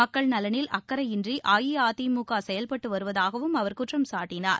மக்கள் நலனில் அக்கறையின்றி அஇஅதிமுக செயல்பட்டு வருவதாகவும் அவர் குற்றம்சாட்டினார்